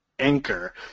Anchor